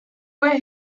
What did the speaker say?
where